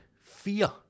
fear